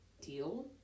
deal